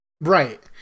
right